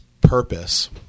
purpose